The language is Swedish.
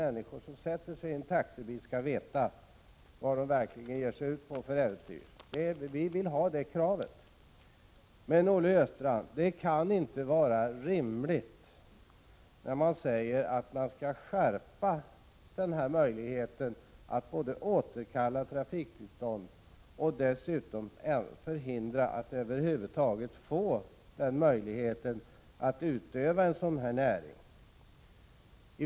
Människor som sätter sig i en taxibil skall veta vad de ger sig in på för äventyr. Det kravet vill vi ha. Men det kan inte vara rimligt, Olle Östrand, att man skall skärpa möjligheten att både återkalla trafiktillstånd och förhindra människor att över huvud taget få möjlighet att utöva denna näring.